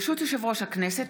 ברשות יושב-ראש הכנסת,